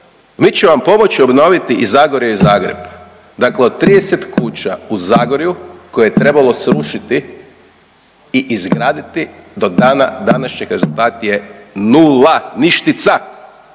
mi ćemo vam pomoći obnoviti i Zagorje i Zagreb. Dakle, od 30 kuća u Zagorju koje je trebalo srušiti i izgraditi do dana današnjeg rezultat je nula, ništica.